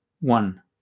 one